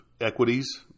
equities